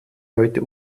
heute